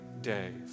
day